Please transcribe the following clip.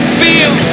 feel